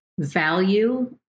value